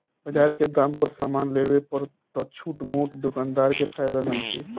बजार के दाम पर समान लेवे पर त छोट मोट दोकानदार के फायदा नइखे